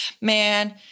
man